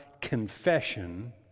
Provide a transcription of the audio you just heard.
confession